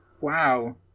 wow